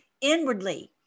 inwardly